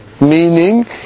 meaning